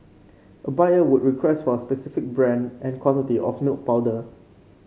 a buyer would request for a specific brand and quantity of milk powder